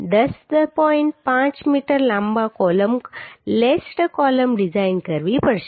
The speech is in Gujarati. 5 મીટર લાંબા કોલમ લેસ્ડ કૉલમ ડિઝાઇન કરવી પડશે